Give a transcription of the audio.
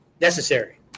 Necessary